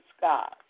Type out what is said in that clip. God